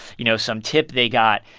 you know, some tip they got.